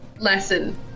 Lesson